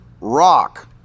rock